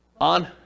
On